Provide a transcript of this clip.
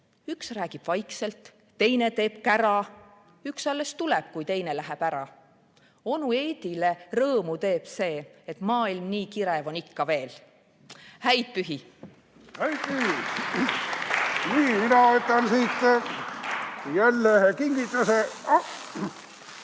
Üks räägib vaikselt, teine teeb kära, üks alles tuleb, kui teine läheb ära. Onu Eedile rõõmu teeb see, et maailm nii kirev on ikka veel." Häid pühi! Häid pühi! Mina võtan siit jälle ühe kingituse.